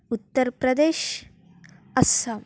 Uttar Pradesh Assam